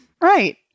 Right